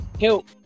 help